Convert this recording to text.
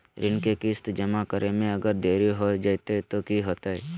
ऋण के किस्त जमा करे में अगर देरी हो जैतै तो कि होतैय?